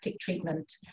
treatment